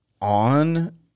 on